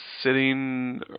sitting